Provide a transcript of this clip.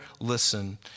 listen